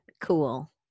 cool